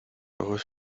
ojos